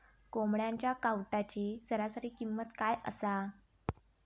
कोंबड्यांच्या कावटाची सरासरी किंमत काय असा?